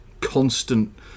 constant